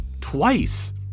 twice